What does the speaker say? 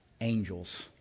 Angels